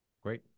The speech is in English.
Great